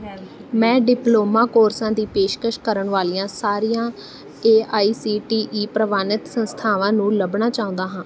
ਮੈਂ ਡਿਪਲੋਮਾ ਕੋਰਸਾਂ ਦੀ ਪੇਸ਼ਕਸ਼ ਕਰਨ ਵਾਲੀਆਂ ਸਾਰੀਆਂ A I C T E ਪ੍ਰਵਾਨਿਤ ਸੰਸਥਾਵਾਂ ਨੂੰ ਲੱਭਣਾ ਚਾਹੁੰਦਾ ਹਾਂ